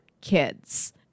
kids